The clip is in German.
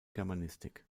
germanistik